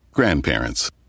grandparents